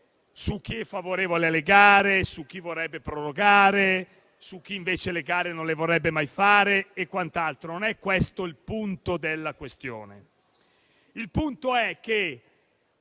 su chi è favorevole alle gare, su chi vorrebbe prorogare, su chi invece le gare non le vorrebbe mai fare, perché non è questo il punto della questione.